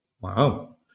Wow